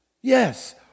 Yes